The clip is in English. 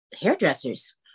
hairdressers